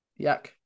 yuck